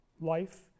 life